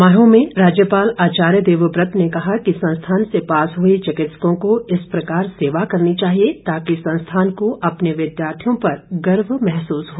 समारोह में राज्यपाल आचार्य देवव्रत ने कहा कि संस्थान से पास हुए चिकित्सकों को इस प्रकार सेवा करनी चाहिए ताकि संस्थान को अपने विद्यार्थियों पर गर्व महसूस हो